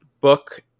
book